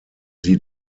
sie